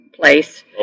place